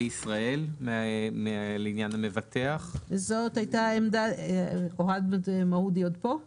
זיהוי מפקח14מא.המפקח הארצי על התעבורה או מפקח לא יעשה שימוש